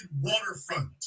waterfront